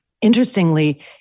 Interestingly